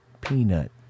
peanut